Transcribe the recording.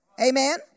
Amen